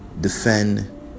defend